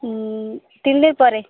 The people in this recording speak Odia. ପରେ